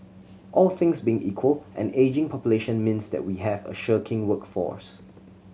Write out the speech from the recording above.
all things being equal an ageing population means that we have a shirking workforce